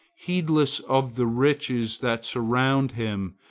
heedless of the riches that surround him,